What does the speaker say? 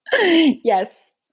yes